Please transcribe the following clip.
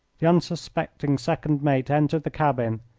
the unsuspecting second mate entered the cabin,